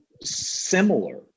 similar